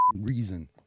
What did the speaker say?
reason